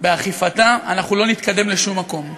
באכיפתה, אנחנו לא נתקדם לשום מקום.